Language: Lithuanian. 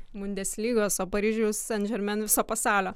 bundeslygos o paryžius saintgermain viso pasaulio